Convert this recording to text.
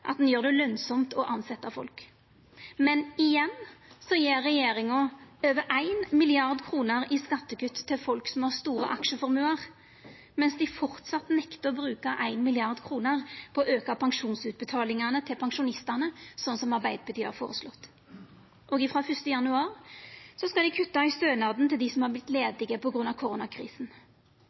at den gjer det lønsamt å tilsetja folk. Men igjen gjev regjeringa over 1 mrd. kr i skattekutt til folk som har store aksjeformuar, mens dei framleis nektar å bruka 1 mrd. kr på å auka pensjonsutbetalingane til pensjonistane, slik som Arbeidarpartiet har føreslått. Og frå 1. januar skal dei kutta i stønaden til dei som har vorte ledige på grunn av koronakrisen.